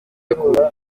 akunda